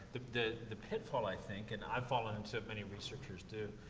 the. the the pitfall, i think, and i've fallen into it, many researchers do,